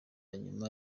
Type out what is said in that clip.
nyuma